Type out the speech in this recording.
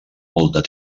molt